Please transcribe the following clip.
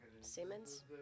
Simmons